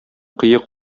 кыек